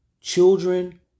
children